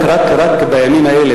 רק בימים האלה,